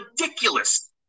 ridiculous